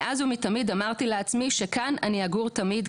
מאז ומתמיד אמרתי לעצמי שכאן אני אגור תמיד,